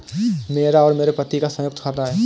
मेरा और मेरे पति का संयुक्त खाता है